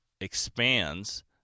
expands